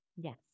yes